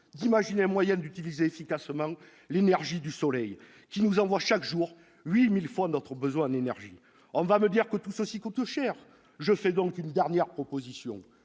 d'imaginer un moyen d'utiliser efficacement l'énergie du soleil, qui nous envoie chaque jour 8 000 fois nos besoins énergétiques. On va me dire que tout cela coûte cher ! Je fais donc une proposition